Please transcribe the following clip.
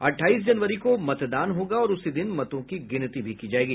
अट्ठाईस जनवरी को मतदान होगा और उसी दिन मतों की गिनती भी की जायेगी